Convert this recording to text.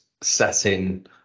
setting